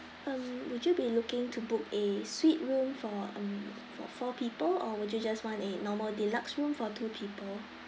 um would you be looking to book a suite room for um for four people or would you just want a normal deluxe room for two people